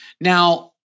now